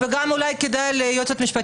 שגם אנחנו לא יודעים להגיד בעיתוי